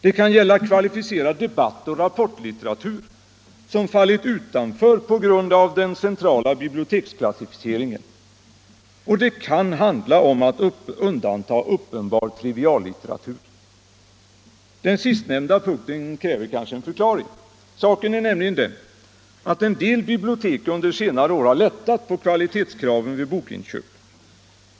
Det kan gälla kvalificerad debattoch rapportlitteratur som faller utanför på grund av den centrala biblioteksklassificeringen. Och det kan handla om att undanta uppenbar triviallitteratur. Den sistnämnda punkten kräver kanske en förklaring. Saken är nämligen den att en del bibliotek under senare år lättat på kvalitetskraven vid bokinköp.